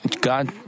God